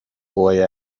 boy